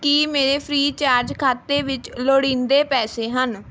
ਕੀ ਮੇਰੇ ਫ੍ਰੀਚਾਰਜ ਖਾਤੇ ਵਿੱਚ ਲੋੜੀਂਦੇ ਪੈਸੇ ਹਨ